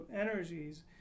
energies